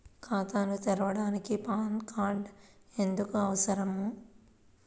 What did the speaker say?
ఖాతాను తెరవడానికి PAN card ఎందుకు అవసరము?